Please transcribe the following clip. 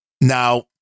Now